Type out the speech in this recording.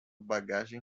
bagagem